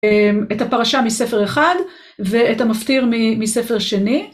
את הפרשה מספר אחד ואת המפטיר מספר שני.